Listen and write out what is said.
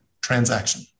transaction